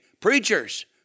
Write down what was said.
preachers